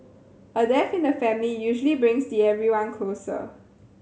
a death in the family usually brings the everyone closer